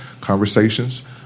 conversations